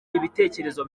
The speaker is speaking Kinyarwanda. ibitekerezo